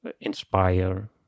inspire